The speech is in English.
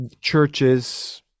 Churches